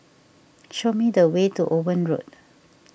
show me the way to Owen Road